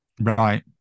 Right